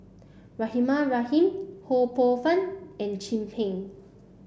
Rahimah Rahim Ho Poh Fun and Chin Peng